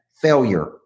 failure